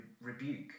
rebuke